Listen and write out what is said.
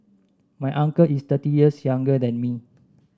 my uncle is thirty years younger than me